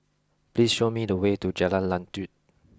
please show me the way to Jalan Lanjut